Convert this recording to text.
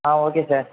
ah okay sir